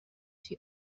she